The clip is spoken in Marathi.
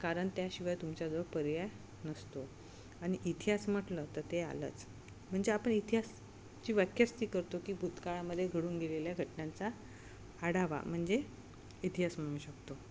कारण त्याशिवाय तुमच्याजवळ पर्याय नसतो आणि इतिहास म्हटलं तर ते आलंच म्हणजे आपण इतिहासची व्याख्याच ती करतो की भूतकाळामध्ये घडून गेलेल्या घटनांचा आढावा म्हणजे इतिहास म्हणू शकतो